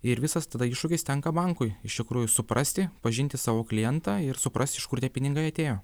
ir visas tada iššūkis tenka bankui iš tikrųjų suprasti pažinti savo klientą ir suprasti iš kur tie pinigai atėjo